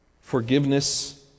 Forgiveness